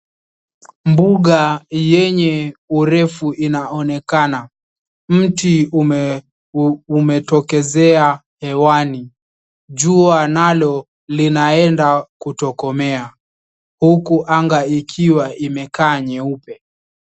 Mbuga yenye urefu ina onekana. Mti umetokezea hewani, jua nalo linaenda kutokomea. Huku anga ikiwa imekaa nyeupe.